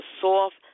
soft